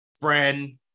friend